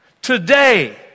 Today